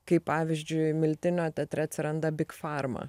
kaip pavyzdžiui miltinio teatre atsiranda bigfarma